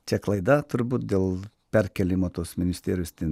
čia klaida turbūt dėl perkėlimo tos ministerijos ten